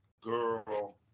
girl